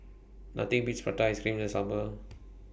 Nothing Beats Prata Ice Cream The Summer